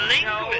no